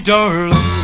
Darling